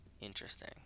Interesting